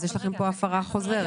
יוצא שיש לכם כאן הפרה חוזרת.